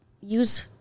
use